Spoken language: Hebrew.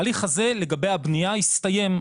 התהליך הזה, לגבי הבנייה, הסתיים.